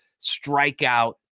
strikeout